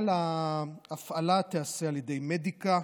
אבל ההפעלה תיעשה על ידי מדיקה.